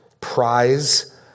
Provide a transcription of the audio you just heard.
prize